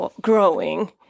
growing